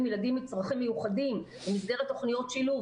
ילדים עם צרכים מיוחדים במסגרת תוכניות שילוב,